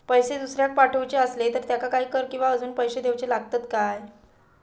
पैशे दुसऱ्याक पाठवूचे आसले तर त्याका काही कर किवा अजून पैशे देऊचे लागतत काय?